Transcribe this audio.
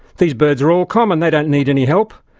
these birds are all common. they don't need any help.